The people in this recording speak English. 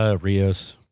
Rios